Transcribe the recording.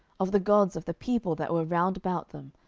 of the gods of the people that were round about them,